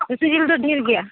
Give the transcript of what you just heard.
ᱠᱷᱟᱹᱥᱤ ᱡᱤᱞ ᱫᱚ ᱰᱷᱮᱨ ᱜᱮᱭᱟ